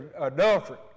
adultery